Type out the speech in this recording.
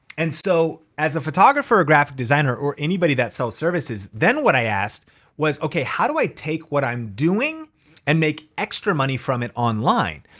and so as a photographer or graphic designer or anybody that sells services, then what i asked was how do i take what i'm doing and make extra money from it online?